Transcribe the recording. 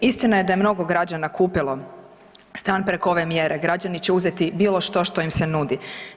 Istina je da je mnogo građana kupilo stan preko ove mjere, građani će uzeti bilo što što im se nudi.